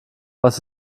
was